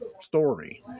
story